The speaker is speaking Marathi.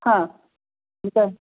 हां